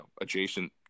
adjacent